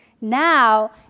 now